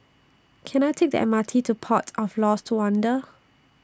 Can I Take The M R T to Port of Lost Wonder